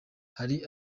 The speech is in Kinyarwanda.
hari